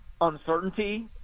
uncertainty